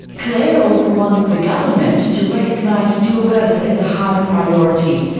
claire also wants the government to recognise stillbirth as a high priority,